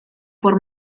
por